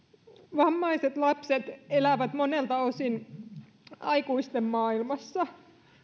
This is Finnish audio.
vammaiset lapset elävät monelta osin aikuisten maailmassa